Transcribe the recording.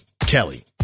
Kelly